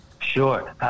Sure